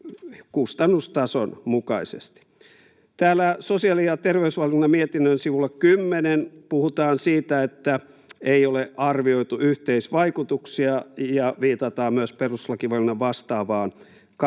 Täällä sosiaali‑ ja terveysvaliokunnan mietinnön sivulla kymmenen puhutaan siitä, että ei ole arvioitu yhteisvaikutuksia, ja viitataan myös perustuslakivaliokunnan vastaavaan kappaleeseen.